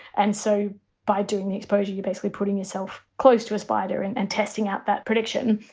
and so by doing the exposure, you're basically putting yourself close to a spider and and testing out that prediction.